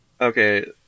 Okay